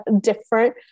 different